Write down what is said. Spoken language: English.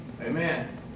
Amen